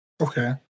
Okay